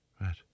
Right